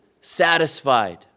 satisfied